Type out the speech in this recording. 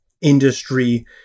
industry